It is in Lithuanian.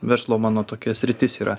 verslo mano tokia sritis yra